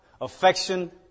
affection